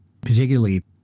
particularly